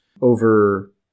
over